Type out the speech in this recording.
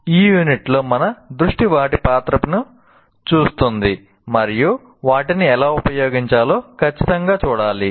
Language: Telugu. ఈ యూనిట్లో మన దృష్టి వాటి పాత్రను చూస్తుంది మరియు వాటిని ఎలా ఉపయోగించాలో ఖచ్చితంగా చూడాలి